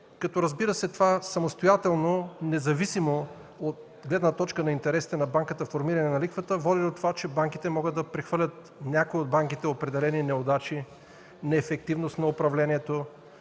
като, разбира се, това самостоятелно, независимо от гледна точка на интересите на банката формиране на лихвата води до това, че някои от банките могат да прехвърлят определени неудачи, неефективност на управлението,